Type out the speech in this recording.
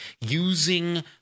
using